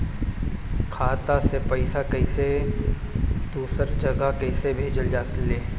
खाता से पैसा कैसे दूसरा जगह कैसे भेजल जा ले?